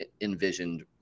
envisioned